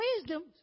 wisdom